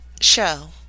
show